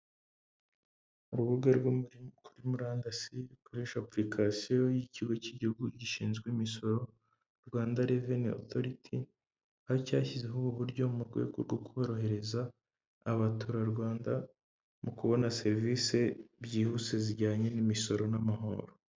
Urubuga rwa murandasi rukoresha apulikasiyo y'ikigo cy'igihugu gishinzwe imisoro rwandareveni otoriti, aho cyashyizeho ubu uburyo mu rwego rwo korohereza abaturarwanda mu kubona serivisi byihuse zijyanye n'imisoro n'amahoro.